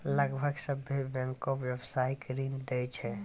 लगभग सभ्भे बैंकें व्यवसायिक ऋण दै छै